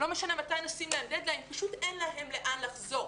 פשוט אין להם לאן לחזור.